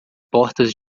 portas